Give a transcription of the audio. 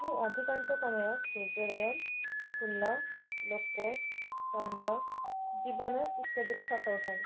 ମୁଁ ଅଧିକାଂଶ ସମୟ ସୂର୍ଯ୍ୟଦୟ ଫୁଲ ଲୋକ ଚନ୍ଦ୍ର ଜୀବନ ଇତ୍ୟାଦିର ଫଟୋ ଉଠାଏ